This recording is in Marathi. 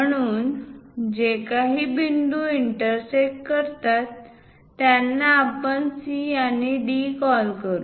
म्हणून जे काही बिंदू इंटरसेक्ट करतात त्यांना आपण C आणि D कॉल करू